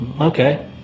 Okay